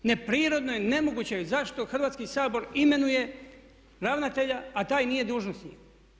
Neprirodno je i nemoguće zašto Hrvatski sabor imenuje ravnatelja a taj nije dužnosnik.